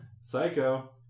Psycho